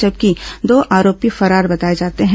जबकि दो आरोपी फरार बताए जाते हैं